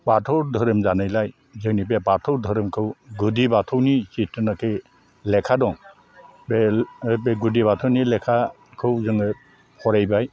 बाथौ धोरोम जानायलाय जोंनि बे बाथौ धोरोमखौ गुदि बाथौनि जिथुनाखि लेखा दं बे ले बे गुदि बाथौनि लेखाखौ जोङो फरायबाय